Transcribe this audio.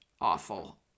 awful